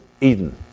Eden